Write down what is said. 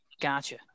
Gotcha